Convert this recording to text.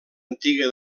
antiga